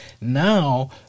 now